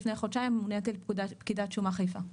לפני חודשיים מוניתי לפקידת שומה חיפה.